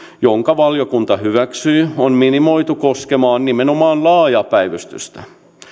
jonka valiokunta hyväksyi on minimoitu koskemaan nimenomaan laajaa päivystystä